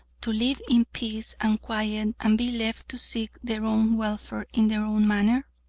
to live in peace and quiet and be left to seek their own welfare in their own manner?